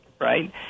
right